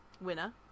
winner